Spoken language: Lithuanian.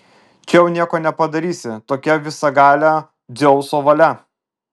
čia jau nieko nepadarysi tokia visagalio dzeuso valia